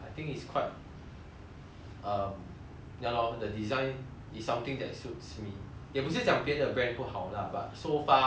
um ya lor the design is something that suits me 也不是讲别的 brand 不好 lah but so far 我看着就是 Adidas